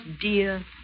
dear